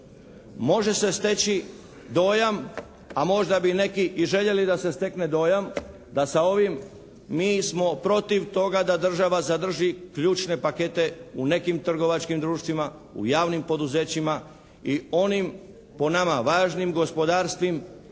može steći dojam a možda bi neki i željeli da se stekne dojam da sa ovim mi smo protiv toga da država zadrži ključne pakete u nekim trgovačkim društvima, u javnim poduzećima i onim po nama važnim gospodarskim